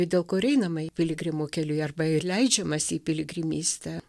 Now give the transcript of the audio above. dėl ko ir einama į pligrimų keliu arba ir leidžiamasi į piligrimystę